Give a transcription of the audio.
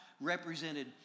represented